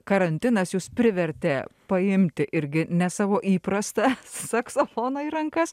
karantinas jus privertė paimti irgi ne savo įprastą saksofoną į rankas